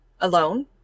alone